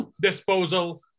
disposal